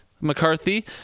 mccarthy